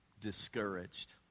discouraged